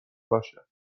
باشد